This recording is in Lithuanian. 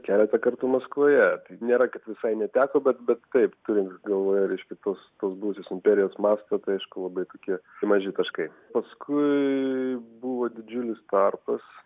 keletą kartų maskvoje nėra kad visai neteko bet bet taip turint galvoje reiškia tuos tuos buvusius imperijos masto tai aišku labai tokie maži taškai paskui buvo didžiulis tarpas